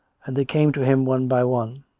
and they came to him one by one.